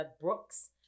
Brooks